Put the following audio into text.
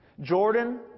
Jordan